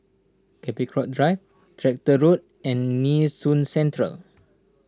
Capricorn Drive Tractor Road and Nee Soon Central